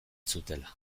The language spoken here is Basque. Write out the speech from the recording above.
zutela